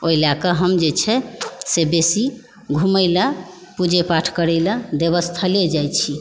ओहि लए कऽ हम जे छै से बेसी घुमय लए पूजे पाठ करय लए देवस्थले जाइ छी